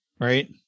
right